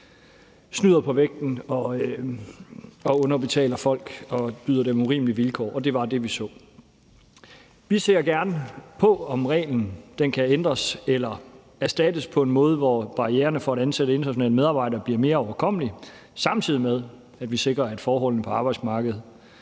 snyder på vægten og underbetaler folk og byder dem urimelige vilkår, og det var det, vi så. Vi ser gerne på, om reglen kan ændres eller erstattes på en måde, hvor barriererne for at ansætte internationale medarbejdere bliver mere overkommelige, samtidig med at vi sikrer, at forholdene på arbejdsmarkedet